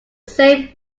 same